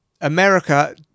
America